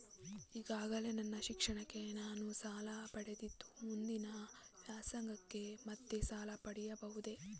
ಈಗಾಗಲೇ ನನ್ನ ಶಿಕ್ಷಣಕ್ಕೆ ನಾನು ಸಾಲ ಪಡೆದಿದ್ದು ಮುಂದಿನ ವ್ಯಾಸಂಗಕ್ಕೆ ಮತ್ತೆ ಸಾಲ ಪಡೆಯಬಹುದೇ?